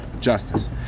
justice